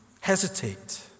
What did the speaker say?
hesitate